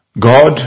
God